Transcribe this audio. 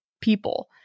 people